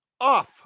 off